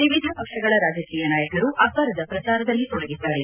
ವಿವಿಧ ಪಕ್ಷಗಳ ರಾಜಕೀಯ ನಾಯಕರು ಅಭ್ವರದ ಪ್ರಚಾರದಲ್ಲಿ ತೊಡಗಿದ್ದಾರೆ